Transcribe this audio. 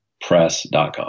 press.com